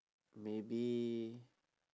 maybe